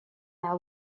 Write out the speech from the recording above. are